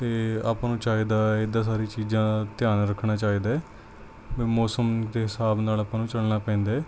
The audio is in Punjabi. ਅਤੇ ਆਪਾਂ ਨੂੰ ਚਾਹੀਦਾ ਇੱਦਾਂ ਸਾਰੀਆਂ ਚੀਜ਼ਾਂ ਦਾ ਧਿਆਨ ਰੱਖਣਾ ਚਾਹੀਦਾ ਵੀ ਮੌਸਮ ਦੇ ਹਿਸਾਬ ਨਾਲ ਆਪਾਂ ਨੂੰ ਚੱਲਣਾ ਪੈਂਦਾ ਹੈ